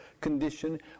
condition